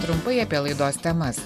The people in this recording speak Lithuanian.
trumpai apie laidos temas